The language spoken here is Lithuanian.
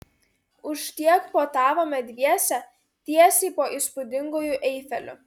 už tiek puotavome dviese tiesiai po įspūdinguoju eifeliu